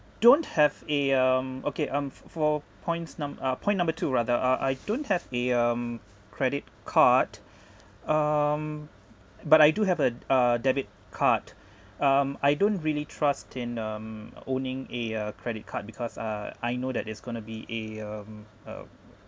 don't have a um okay um f~ for points num~ uh point number two rather uh I don't have a um credit card um but I do have a uh debit card n um I don't really trust in um owning a uh credit card because uh I know that it's going to be a um